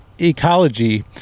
ecology